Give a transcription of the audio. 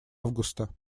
августа